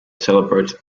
celebrates